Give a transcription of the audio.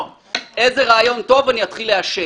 איזה רעיון טוב אתחיל לעשן.